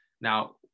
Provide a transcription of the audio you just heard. Now